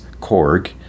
korg